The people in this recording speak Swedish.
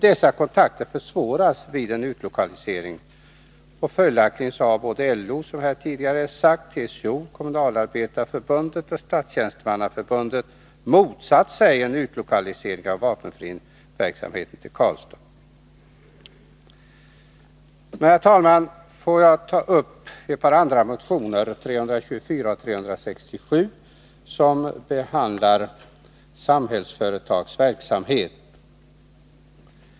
Dessa kontakter försvåras vid en utlokalisering. Följaktligen har både LO, TCO, Kommunalarbetarförbundet och Statstjänstemannaförbundet motsatt sig utlokalisering av vapenfriverksamheten till Karlstad. Får jag så, herr talman, ta upp ett par andra motioner, 324 och 367, som behandlar Samhällsföretags verksamhet.